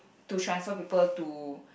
to transfer people to